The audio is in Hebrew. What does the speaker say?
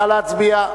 נא להצביע.